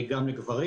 גם לגברים.